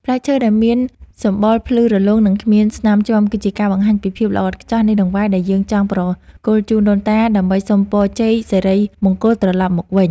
ផ្លែឈើដែលមានសម្បកភ្លឺរលោងនិងគ្មានស្នាមជាំគឺជាការបង្ហាញពីភាពល្អឥតខ្ចោះនៃដង្វាយដែលយើងចង់ប្រគល់ជូនដូនតាដើម្បីសុំពរជ័យសិរីមង្គលត្រឡប់មកវិញ។